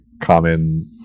common